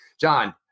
John